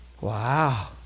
Wow